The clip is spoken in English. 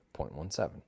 0.17